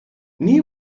nee